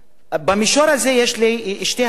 במישור הזה יש לי שתי הערות.